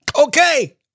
Okay